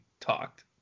talked